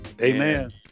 Amen